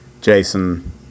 Jason